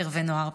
ערבי נוער,